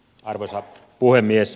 arvoisa puhemies